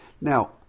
Now